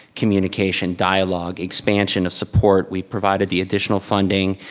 communication, dialogue, expansion of support. we provided the additional funding,